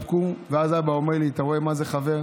התחבקו, ואז אבא אומר לי: אתה רואה מה זה חבר?